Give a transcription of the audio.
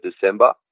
december